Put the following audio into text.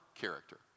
character